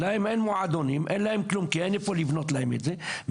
להם אין מועדונים ואין להם כלום כי אין איפה לבנות להם את זה,